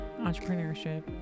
entrepreneurship